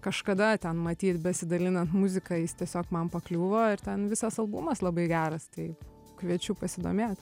kažkada ten matyt besidalinant muzika jis tiesiog man pakliuvo ir ten visas albumas labai geras tai kviečiu pasidomėt